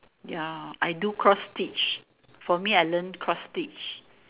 ya I do cross pitch for me I learn cross pitch